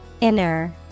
Inner